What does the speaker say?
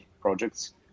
projects